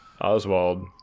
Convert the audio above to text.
oswald